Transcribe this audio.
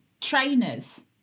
trainers